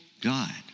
God